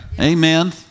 Amen